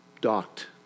docked